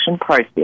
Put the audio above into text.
process